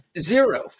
Zero